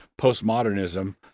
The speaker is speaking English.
postmodernism